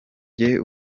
jye